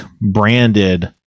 branded